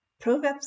Proverbs